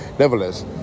Nevertheless